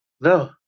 No